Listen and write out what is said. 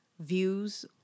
Views